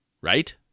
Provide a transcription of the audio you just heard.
Right